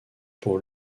pour